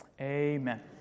Amen